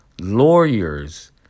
Lawyers